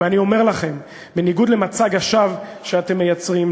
ואני אומר לכם: בניגוד למצג השווא שאתם מייצרים,